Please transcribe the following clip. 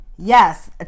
Yes